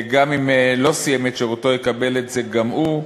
גם אם לא השלים את שירותו, יקבל את זה גם הוא.